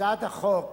הצעת החוק